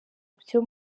byo